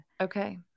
Okay